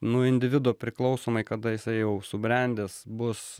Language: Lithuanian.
nuo individo priklausomai kada jisai jau subrendęs bus